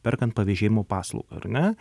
perkant pavėžėjimo paslaugą ar ne